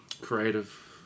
creative